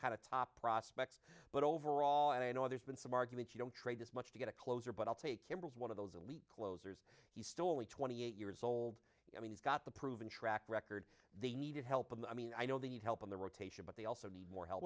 kind of top prospects but overall i know there's been some argument you don't trade this much to get a closer but i'll take him as one of those elite closers he's still only twenty eight years old i mean he's got the proven track record they need help and i mean i know they need help in the rotation but they also need more help